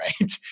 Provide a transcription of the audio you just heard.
right